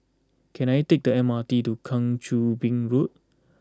can I take the M R T to Kang Choo Bin Road